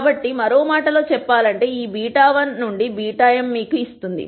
కాబట్టి మరో మాటలో చెప్పాలంటే ఈ β 1 నుండి β m మీకు ఇస్తుంది